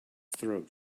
throat